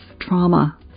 trauma